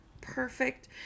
perfect